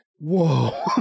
whoa